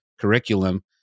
curriculum